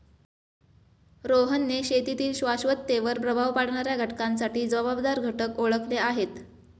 रोहनने शेतीतील शाश्वततेवर प्रभाव पाडणाऱ्या घटकांसाठी जबाबदार घटक ओळखले आहेत